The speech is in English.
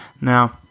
now